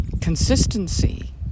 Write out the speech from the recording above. consistency